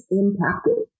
impacted